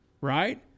right